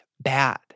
bad